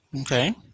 okay